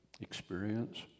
experience